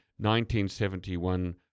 1971